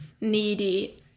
needy